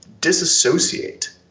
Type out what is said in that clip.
disassociate